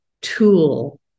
tool